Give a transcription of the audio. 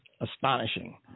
astonishing